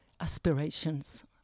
aspirations